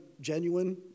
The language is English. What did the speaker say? genuine